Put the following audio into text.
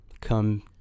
come